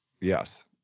Yes